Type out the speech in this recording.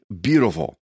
beautiful